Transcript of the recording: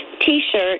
T-shirt